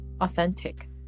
authentic